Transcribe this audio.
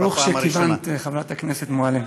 ברוך שכיוונת, חברת הכנסת מועלם.